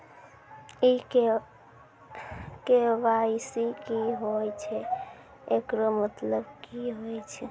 KYC की होय छै, एकरो मतलब की होय छै?